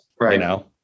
right